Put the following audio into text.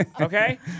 Okay